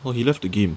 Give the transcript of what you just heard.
!wah! he left the game